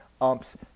Umps